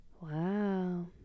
Wow